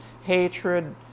Hatred